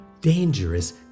dangerous